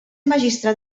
magistrat